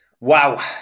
Wow